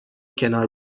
کنار